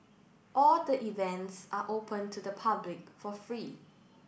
all the events are open to the public for fee